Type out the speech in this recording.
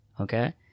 okay